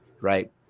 right